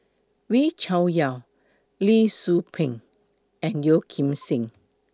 Wee Cho Yaw Lee Tzu Pheng and Yeo Kim Seng